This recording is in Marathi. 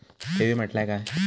ठेवी म्हटल्या काय?